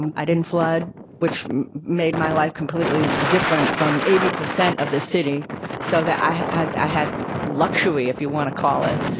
and i didn't flood, which made my life completely different from eighty percent of the city. and so that i had. i had luxury, if you want to call it.